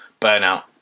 Burnout